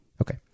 Okay